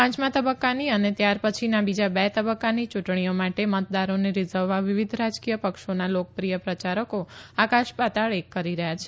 પાંચમાં તબકકાની અને ત્યાર પછીના બીજા બે તબકકાની યુંટણીઓ માટે મતદારોને રીજવવા વિવિધ રાજકીય પક્ષોના લોકપ્રિય પ્રચારકો આકાશ પાતાળ એક કરી રહયાં છે